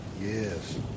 Yes